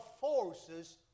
forces